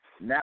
now